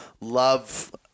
love